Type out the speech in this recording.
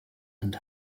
and